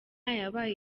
yabaye